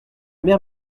mer